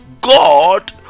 God